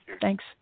Thanks